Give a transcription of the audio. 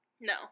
No